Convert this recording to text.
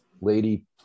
lady